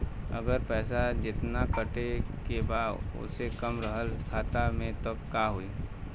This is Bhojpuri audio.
अगर पैसा जेतना कटे के बा ओसे कम रहल खाता मे त का होई?